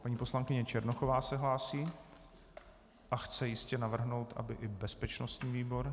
Paní poslankyně Černochová se hlásí a chce jistě navrhnout i bezpečnostní výbor.